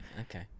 Okay